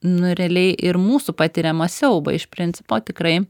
nu realiai ir mūsų patiriamą siaubą iš principo tikrai